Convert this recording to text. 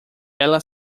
ela